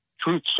Truth